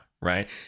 right